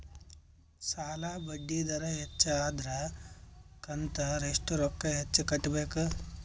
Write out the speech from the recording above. ಸಾಲಾ ಬಡ್ಡಿ ದರ ಹೆಚ್ಚ ಆದ್ರ ಕಂತ ಎಷ್ಟ ರೊಕ್ಕ ಹೆಚ್ಚ ಕಟ್ಟಬೇಕು?